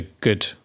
good